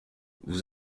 vous